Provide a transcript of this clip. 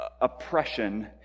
oppression